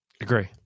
Agree